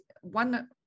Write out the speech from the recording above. one